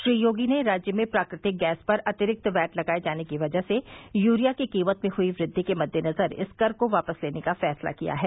श्री योगी ने राज्य में प्राकृतिक गैस पर अतिरिक्त वैट लगाये जाने की वजह से यूरिया की कीमत में हुई वृद्वि के मद्देनजर इस कर को वापस लेने का फैसला किया है